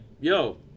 yo